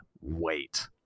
wait